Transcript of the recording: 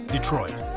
Detroit